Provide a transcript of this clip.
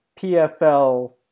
PFL